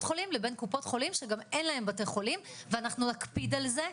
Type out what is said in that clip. חולים לבין קופות חולים שגם אין להם בתי חולים ואנחנו נקפיד על זה,